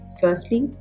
Firstly